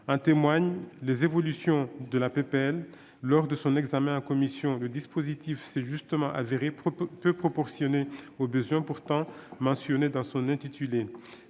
En témoignent les évolutions de la proposition de loi : lors de son examen en commission, le dispositif s'est justement révélé peu proportionné aux besoins pourtant mentionnés dans son intitulé.